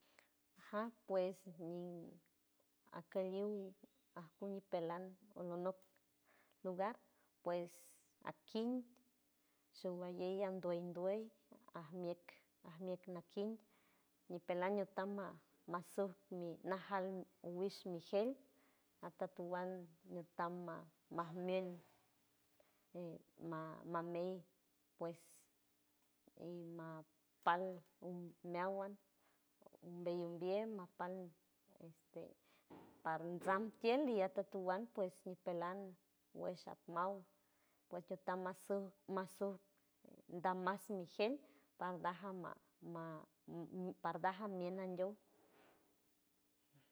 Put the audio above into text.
Ja pues ñin ajkeliw ajkui ñipelan olonok lugar pues ajkin showalley anduey, duey ajmieck, ajmieck nakin ñipelan ñutam ña masuj mi najal wish mi gel atatuan ñitam ma- majmien ma- mamey pues mapal meawan ombey ombiem majpal este partsam tiel y atatuan pues ñipelan wesh atmaw pues ñutam masuj masuj dam mas mi gel pardajma ma- ma pardaj amien andiow.